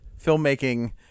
filmmaking